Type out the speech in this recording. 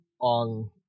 on